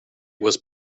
was